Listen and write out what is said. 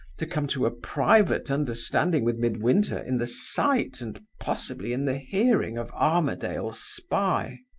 to come to a private understanding with midwinter in the sight and possibly in the hearing of armadale's spy.